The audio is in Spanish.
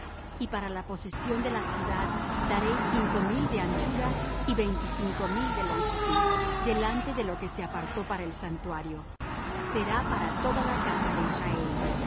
y para la posesión de la ciudad daréis cinco mil de anchura y veinticinco mil de longitud delante de lo que se apartó para el santuario será para toda la casa de israel